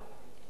נתן